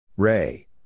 Ray